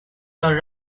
your